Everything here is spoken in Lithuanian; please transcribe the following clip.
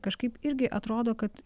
kažkaip irgi atrodo kad